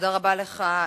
תודה רבה לך,